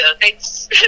thanks